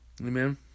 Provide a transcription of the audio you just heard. Amen